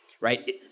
right